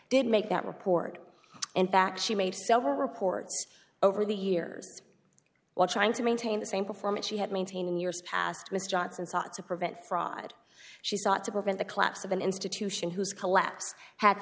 did make that report in fact she made several reports over the years while trying to maintain the same performance she had maintained in years past mr johnson sought to prevent fraud she sought to prevent the collapse of an institution whose collapse had the